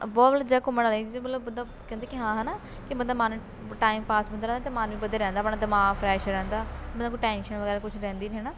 ਬਹੁਤ ਜਗ੍ਹਾ ਘੁੰਮਣ ਵਾਲੇ ਜਿਹਦੇ 'ਚ ਮਤਲਬ ਬੰਦਾ ਕਹਿੰਦੇ ਕਿ ਹਾਂ ਹੈ ਨਾ ਕਿ ਬੰਦਾ ਮਨ ਟਾਈਮ ਪਾਸ ਬੰਦੇ ਦਾ ਅਤੇ ਮਨ ਵੀ ਵਧੀਆ ਰਹਿੰਦਾ ਆਪਣਾ ਦਿਮਾਗ ਫਰੈਸ਼ ਰਹਿੰਦਾ ਮਤਲਬ ਕੋਈ ਟੈਂਸ਼ਨ ਵਗੈਰਾ ਕੁਛ ਰਹਿੰਦੀ ਨਹੀਂ ਹੈ ਨਾ